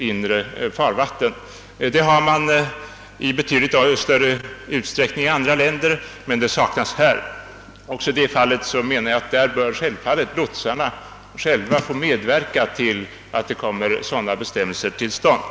Sådana bestämmelser har man i betydligt större utsträckning i andra länder än i vårt land. Också när det gäller att få till stånd sådana bestämmelser anser jag det vara självklart att lotsarna själva får medverka.